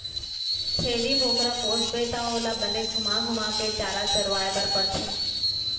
छेरी बोकरा पोसबे त ओला बने घुमा घुमा के चारा चरवाए बर परथे